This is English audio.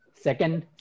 second